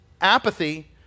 apathy